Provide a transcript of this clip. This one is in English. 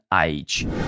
age